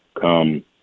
come